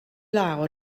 law